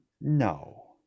no